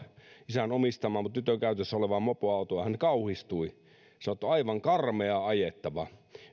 mopoautoa isän omistamaa mutta tytön käytössä olevaa ja hän kauhistui sanoi että on aivan karmea ajettava